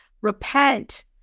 repent